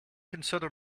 consider